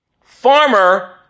Farmer